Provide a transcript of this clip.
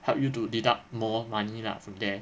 help you to deduct more money lah from there